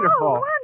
Wonderful